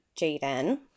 Jaden